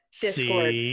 Discord